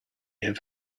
have